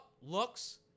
looks